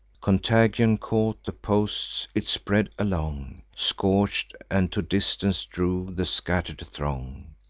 contagion caught the posts it spread along, scorch'd, and to distance drove the scatter'd throng.